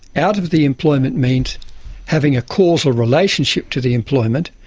out of the employment means having a causal relationship to the employment,